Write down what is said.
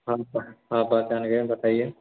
हम हाँ पहचान गए बताइए